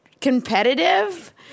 competitive